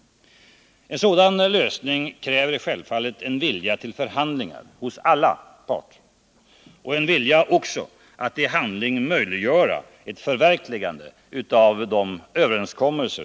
En sådan lösning kräver en vilja till förhandlingar hos alla parter — och en vilja att också i handling möjliggöra ett förverkligande av ingångna överenskommelser.